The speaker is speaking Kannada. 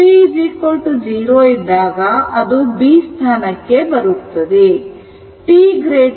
t 0 ಇದ್ದಾಗ ಅದು B ಸ್ಥಾನಕ್ಕೆ ಬರುತ್ತದೆ